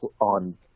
on